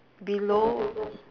below